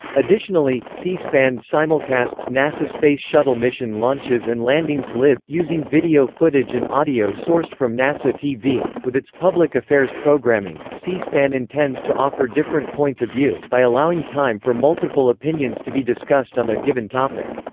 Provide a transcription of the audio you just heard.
additionally, c-span simulcasts nasa space shuttle mission launches and landings live, using video footage and audio sourced from nasa tv with its public affairs programming, c-span intends to offer different points of view, by allowing time for multiple opinions to be discussed on a given topic.